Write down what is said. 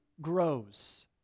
grows